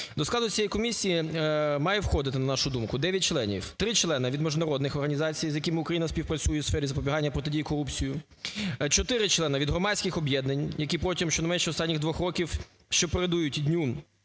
До складу цієї комісії має входити, на нашу думку, 9 членів: 3 члени – від міжнародних організацій, з якими Україна співпрацює у сфері запобігання і протидії корупції; 4 члени – від громадських об'єднань, які протягом щонайменше останніх двох років, що передують дню